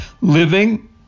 living